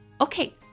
Okay